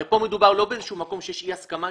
כאן הרי מדובר לא באיזשהו מקום שיש אי הסכמה.